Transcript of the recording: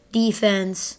defense